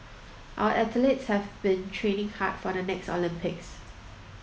our athletes have been training hard for the next Olympics